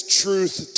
truth